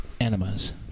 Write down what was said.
Animas